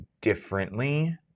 differently